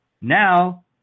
Now